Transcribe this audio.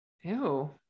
Ew